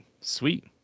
sweet